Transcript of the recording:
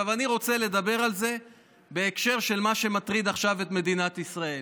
אני רוצה לדבר על זה בהקשר של מה שמטריד עכשיו את מדינת ישראל,